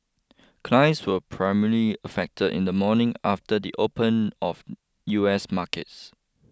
clients were primarily affected in the morning after the open of U S markets